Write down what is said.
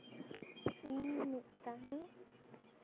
ᱤᱧ ᱢᱤᱫᱴᱟᱝ